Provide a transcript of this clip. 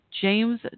James